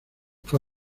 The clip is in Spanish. fue